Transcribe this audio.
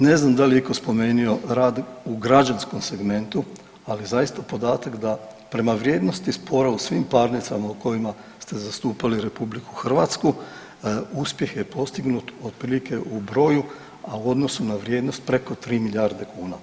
Ne znam da li je iko spomenuo rad u građanskom segmentu, ali zaista podatak da prema vrijednosti sporova u svim parnicama u kojima ste zastupali RH uspjeh je postignut otprilike u broju, a u odnosu na vrijednost preko 3 milijarde kuna.